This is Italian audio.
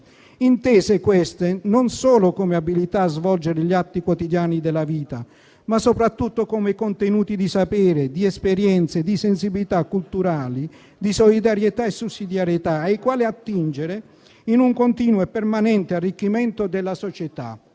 intese queste non solo come abilità a svolgere gli atti quotidiani della vita, ma soprattutto come contenuti di sapere, di esperienze, di sensibilità culturali, di solidarietà e sussidiarietà ai quale attingere in un continuo e permanente arricchimento della società.